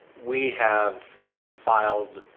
we have filed